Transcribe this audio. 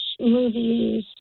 movies